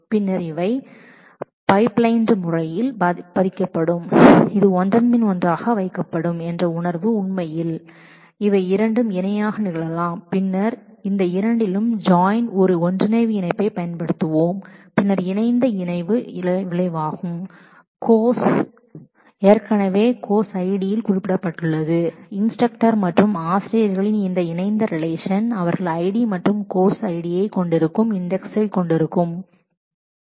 பின்னர் அவை பைப்லைன்ட் முறையில் செயல்படுத்தப்படுகின்றன ஒன்றன்பின் ஒன்றாக உண்மையில் இவை இரண்டும் இணையாக நிகழலாம் பின்னர் இந்த இரண்டிலும் மெர்ஜ் ஜாயின் பயன்படுத்துவோம் பின்னர் இது ஜாயின் உடைய முடிவு கோர்ஸ் இப்போது கோர்ஸ் id உடன் ஏற்கனவே இன்டெக்ஸ் I செய்ய பட்டுள்ளது இந்த இன்ஸ்டிரக்டர் மற்றும் ஆசிரியர்களின் இணைந்த ரிலேஷன் என்பதை id மற்றும் கோர்ஸ் id என்று இன்டெக்ஸ் வைத்து இருக்கலாம்